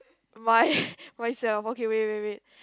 my myself okay wait wait wait